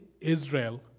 Israel